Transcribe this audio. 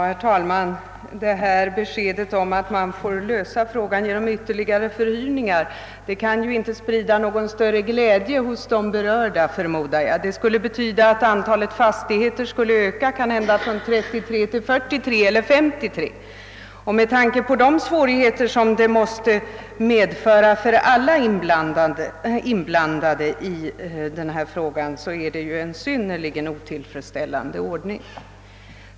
Herr talman! Statsrådets besked att frågan får lösas genom ytterligare förhyrningar kan ju inte sprida någon större glädje bland de berörda. Det skulle innebära att antalet fastigheter som måste utnyttjas ökar från 33 till 43 eller 53. Med tanke på de svårigheter detta skulle medföra för alla inblandade måste det sägas vara en synnerligen otillfredsställande ordning.